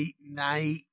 night